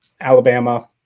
Alabama